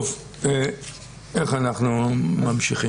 טוב, איך אנחנו ממשיכים?